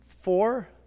Four